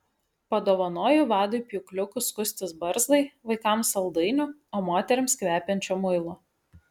padovanoju vadui pjūkliukų skustis barzdai vaikams saldainių o moterims kvepiančio muilo